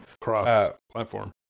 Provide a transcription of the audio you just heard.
cross-platform